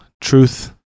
truth